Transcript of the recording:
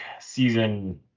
season